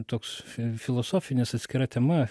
toks filosofinis atskira tema